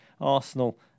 Arsenal